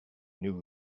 new